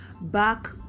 back